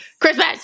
Christmas